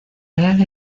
real